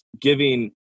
giving